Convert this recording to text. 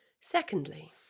Secondly